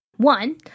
One